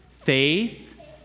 faith